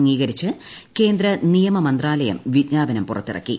അംഗീകരിച്ച് കേന്ദ്ര നിയമമന്ത്രാലയം വിജ്ഞാപനം പുറത്തിറക്കി